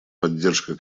поддержка